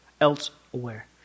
elsewhere